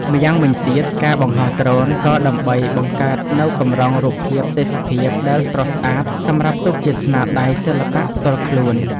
ម្យ៉ាងវិញទៀតការបង្ហោះដ្រូន ក៏ដើម្បីបង្កើតនូវកម្រងរូបភាពទេសភាពដែលស្រស់ស្អាតសម្រាប់ទុកជាស្នាដៃសិល្បៈផ្ទាល់ខ្លួន។